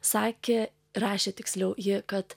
sakė rašė tiksliau ji kad